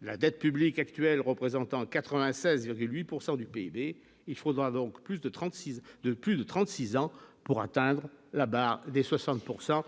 la dette publique, actuel représentant 96,8 pourcent du PIB, il faudra donc plus de 36 heures de plus de 36 ans pour atteindre la barre des 60 pourcent